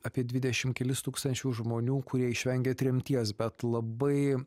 apie dvidešimt kelis tūkstančių žmonių kurie išvengė tremties bet labai